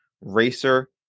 Racer